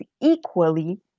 equally